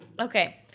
Okay